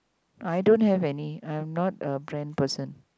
I don't have any I'm not a brand person